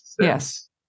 Yes